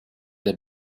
the